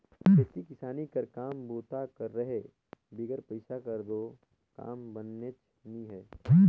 खेती किसानी कर काम बूता कर रहें बिगर पइसा कर दो काम बननेच नी हे